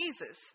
Jesus